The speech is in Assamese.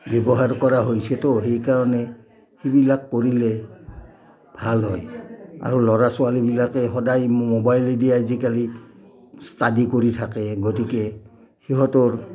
ব্যৱহাৰ কৰা হৈছে তো সেইকাৰণে সেইবিলাক কৰিলে ভাল হয় আৰু ল'ৰা ছোৱালীবিলাকে সদায় মোবাইলেদিয়ে আজিকালি ষ্টাডি কৰি থাকে গতিকে সিহঁতৰ